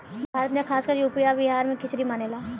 भारत मे खासकर यू.पी आ बिहार मे खिचरी मानेला